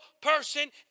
person